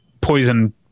poison